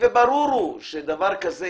וברור הוא שדבר כזה,